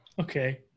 Okay